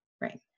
Right